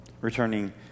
Returning